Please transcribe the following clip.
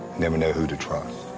never know who to trust.